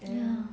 ya